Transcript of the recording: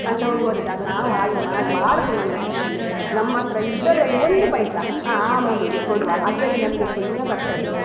ಅಂತ ಹೋಗುವರಿದ್ದಾರೆ ನಾವು ಹಾಗೆ ಮಾಡಬಾರ್ದು ನನ್ನ ಲೆಕ್ಕದಲ್ಲಿ ನಮ್ಮ ಹತ್ರ ಇದ್ದುದರಲ್ಲಿ ಒಂದು ಪೈಸೆ ಆ ಮಗುವಿಗೆ ಕೊಡುವ ಅದರಲ್ಲಿ ನಮಗೆ ಪುಣ್ಯ ಬರ್ತದೆ